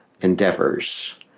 endeavors